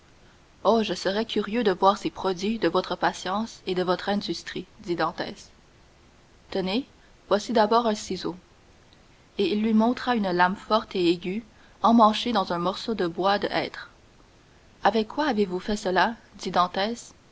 oh je serais curieux de voir ces produits de votre patience et de votre industrie dit dantès tenez voici d'abord un ciseau et il lui montra une lame forte et aiguë emmanchée dans un morceau de bois de hêtre avec quoi avez-vous fait cela